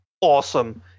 awesome